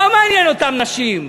לא מעניין אותם נשים,